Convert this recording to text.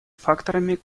факторами